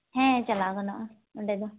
ᱦᱮᱸ ᱪᱟᱞᱟᱣ ᱜᱟᱱᱚᱜᱼᱟ ᱚᱸᱰᱮ ᱫᱚ